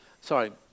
sorry